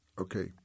Okay